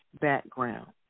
background